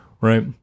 right